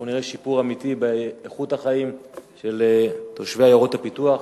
אנחנו נראה שיפור אמיתי באיכות החיים של תושבי עיירות הפיתוח,